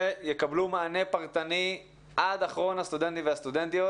יקבלו מענה פרטני עד אחרון הסטודנטים והסטודנטיות.